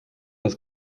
das